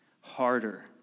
harder